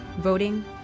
voting